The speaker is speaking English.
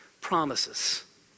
promises